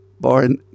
born